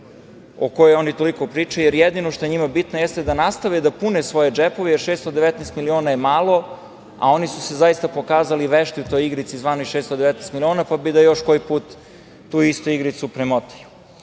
o kojoj oni toliko pričaju, jer jedino što je njima bitno jeste da nastave da pune svoje džepove, jer 619 miliona je malo, a oni su se zaista pokazali vešti u toj igrici zvanoj 619 miliona, pa bi da još koji put tu istu igricu premotaju. Vidimo